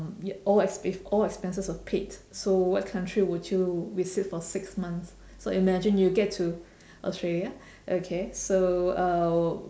all if all expenses were paid so what country would you visit for six months so imagine you get to australia okay so uh